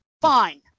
fine